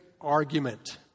argument